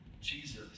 Jesus